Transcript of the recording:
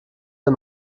der